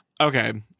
okay